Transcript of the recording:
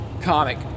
comic